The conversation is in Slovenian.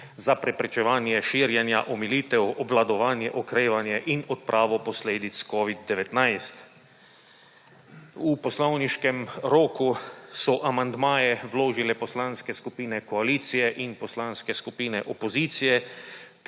za preprečevanje širjenja, omilitev, obvladovanje, okrevanje in odpravo posledic Covid-19. V poslovniškem roku so amandmaje vložile poslanske skupine koalicije in poslanske skupine opozicije